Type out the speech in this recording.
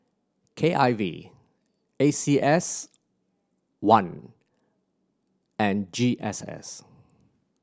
K I V A C S one and G S S